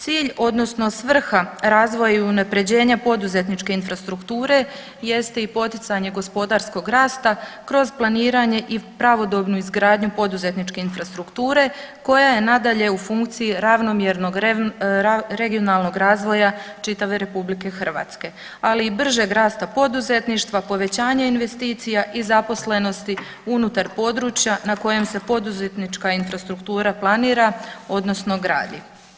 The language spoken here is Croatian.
Cilj, odnosno svrha razvoja i unaprjeđenje poduzetničke infrastrukture jeste i poticanje gospodarskog rasta kroz planiranje i pravodobnu izgradnju poduzetničke infrastrukture koja je nadalje u funkciji ravnomjernog regionalnog razvoja čitave RH, ali i bržeg rasta poduzetništva, povećanje investicija i zaposlenosti unutar područja na kojem se poduzetnička infrastruktura planira odnosno gradi.